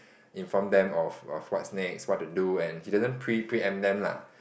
inform them of of what's next what to do and he doesn't pre pre-empt them lah